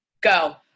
Go